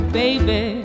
baby